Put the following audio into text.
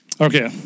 Okay